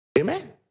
Amen